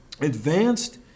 advanced